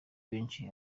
benshi